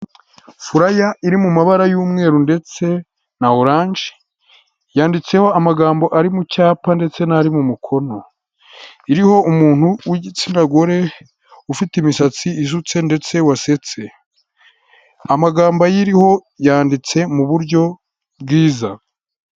Furaya iri mu mabara y'umweru ndetse na oranje, yanditseho amagambo ari mu cyapa ndetse n'ari mu mukono, iriho umuntu w'igitsina gore ufite imisatsi isutse ndetse wasetse, amagambo ayiriho yanditse mu buryo bwiza.